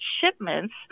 shipments